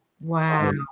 wow